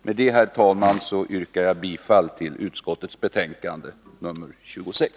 Med detta, herr talman, yrkar jag bifall till utskottets hemställan i betänkande 26.